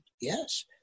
yes